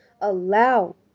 allow